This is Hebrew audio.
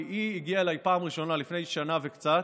כי היא הגיעה אליי פעם ראשונה לפני שנה וקצת